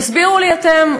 תסבירו לי אתם,